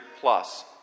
plus